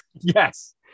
yes